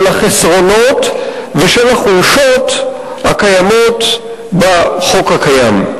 של החולשות ושל החסרונות הקיימים בחוק הקיים.